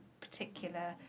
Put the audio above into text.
particular